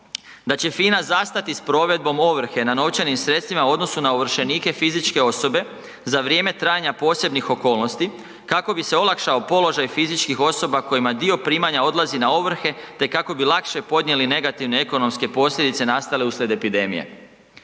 Da će FINA zastati s provedbom ovrhe na novčanim sredstvima u odnosu na ovršenike fizičke osobe za vrijeme trajanja posebnim okolnosti kako bi se olakšao položaj fizičkih osoba kojima dio primanja odlazi na ovrhe te kako bi lakše podnijeli negativne ekonomske posljedice nastale uslijed epidemije.